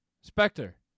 Spectre